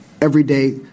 everyday